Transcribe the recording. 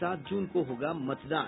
सात जून को होगा मतदान